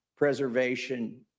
preservation